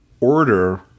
order